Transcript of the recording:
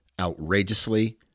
outrageously